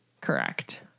Correct